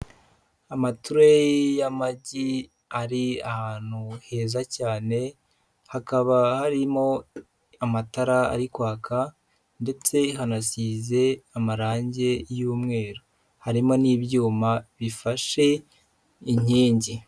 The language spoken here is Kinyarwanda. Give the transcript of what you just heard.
Amatureyi y'amagi ari ahantu heza cyane, hakaba harimo amatara ari kwaka ndetse hanasize amarangi y'umweru, harimo n'ibyuma bifashe inkingi.